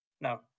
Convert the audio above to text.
No